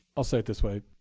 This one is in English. i'll say it this way.